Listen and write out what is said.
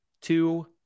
two